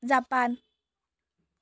Japan